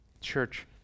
Church